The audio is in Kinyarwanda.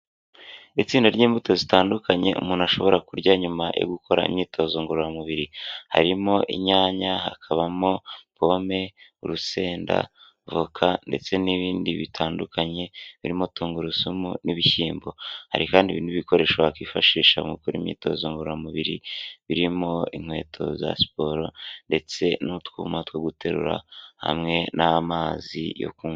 Itsinda ry'imbuto zitandukanye umuntu ashobora kurya nyuma yo gukora imyitozo ngororamubiri harimo inyanya hakabamo pome, urusenda, voka ndetse n'ibindi bitandukanye birimo tungurusumu n'ibishyimbo hari kandi ibindi bikoresho bakifashisha mu gukora imyitozo ngororamubiri birimo inkweto za siporo ndetse n'utwuma two guterura hamwe n'amazi yo kunywa.